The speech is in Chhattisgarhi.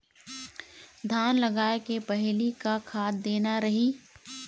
धान लगाय के पहली का खाद देना रही?